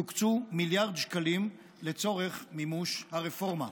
יוקצו מיליארד שקלים לצורך מימוש הרפורמה.